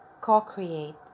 co-create